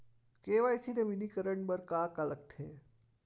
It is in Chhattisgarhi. के.वाई.सी नवीनीकरण बर का का लगथे?